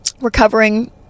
recovering